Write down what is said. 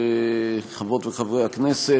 חברות וחברי הכנסת,